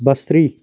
بصری